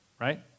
right